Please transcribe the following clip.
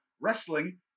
wrestling